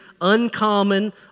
uncommon